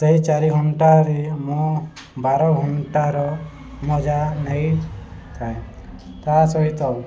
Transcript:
ସେଇ ଚାରି ଘଣ୍ଟାରେ ମୁଁ ବାର ଘଣ୍ଟାର ମଜା ନେଇଥାଏ ତା ସହିତ